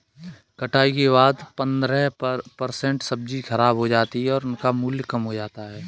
कटाई के बाद पंद्रह परसेंट सब्जी खराब हो जाती है और उनका मूल्य कम हो जाता है